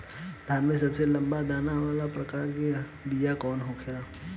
धान के सबसे लंबा दाना वाला प्रकार के बीया कौन होखेला?